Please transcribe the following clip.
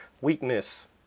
weakness